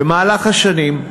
במהלך השנים,